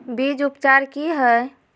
बीज उपचार कि हैय?